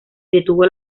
detuvo